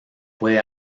puede